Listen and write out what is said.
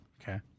Okay